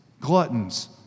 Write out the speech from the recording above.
gluttons